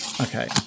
Okay